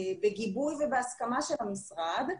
בגיבוי ובהסכמה של המשרד,